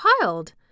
child